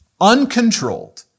uncontrolled